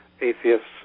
atheists